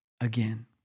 again